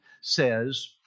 says